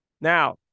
Now